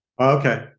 Okay